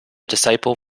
disciple